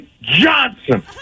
johnson